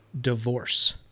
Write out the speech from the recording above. Divorce